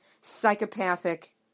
psychopathic